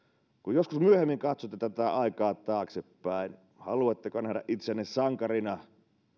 joskus myöhemmin katsotte tätä aikaa taaksepäin haluatteko nähdä itsenne sankarina